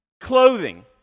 clothing